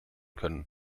können